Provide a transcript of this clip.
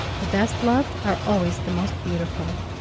the best loved are always the most beautiful.